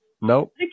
Nope